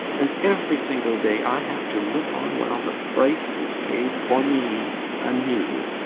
and every single day i have to look on while the price is paid for me anew.